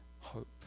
hope